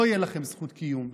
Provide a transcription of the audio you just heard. לא תהיה לכם זכות קיום,